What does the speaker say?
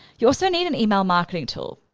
you also need an email marketing tool,